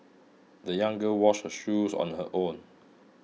the young girl washed her shoes on her own